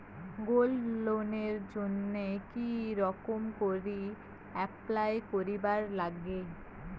Gold লোনের জইন্যে কি রকম করি অ্যাপ্লাই করিবার লাগে?